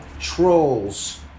trolls